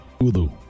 Ulu